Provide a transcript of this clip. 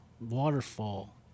waterfall